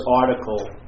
article